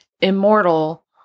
immortal